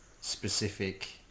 specific